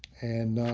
and